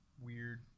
weird